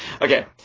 Okay